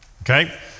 okay